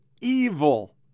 evil